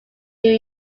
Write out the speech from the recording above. new